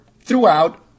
throughout